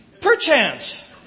perchance